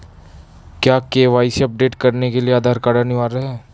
क्या KYC update करने के लिए आधार कार्ड अनिवार्य है?